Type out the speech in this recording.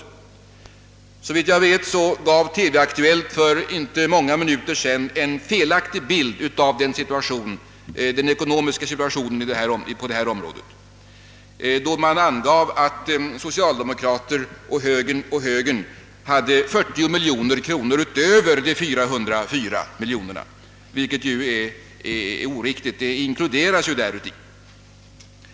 Såvitt jag vet lämnade TV-Aktuellt för inte många minuter sedan en felaktig uppgift i ekonomiskt avseende, då man angav att socialdemokratin och högern föreslagit ett anslag på 40 miljoner kronor utöver de 404 miljonerna. Detta är oriktigt, eftersom dessa 40 miljoner kronor inkluderas i det sistnämnda beloppet.